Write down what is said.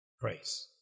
Praise